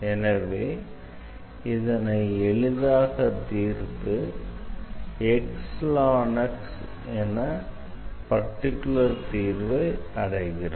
எனவே இதனை எளிதாக தீர்த்து என பர்டிகுலர் தீர்வை அடைகிறோம்